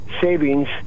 savings